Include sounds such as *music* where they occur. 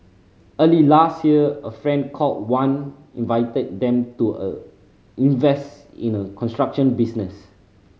early last year a friend called Wan invited them to *hesitation* invest in a construction business